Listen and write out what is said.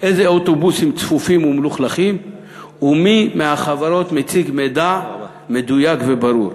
איזה אוטובוסים צפופים ומלוכלכים ומי מהחברות מציגה מידע מדויק וברור.